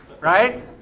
Right